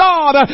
God